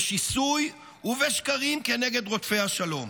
בשיסוי ובשקרים כנגד רודפי השלום.